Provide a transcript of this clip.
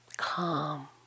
calm